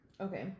Okay